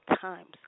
times